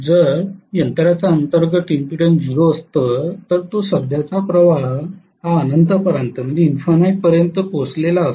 जर यंत्राचा अंतर्गत इंपीडन्स 0 असतो तर तो सध्याचा प्रवाह अनंतापर्यंत पोहोचला असता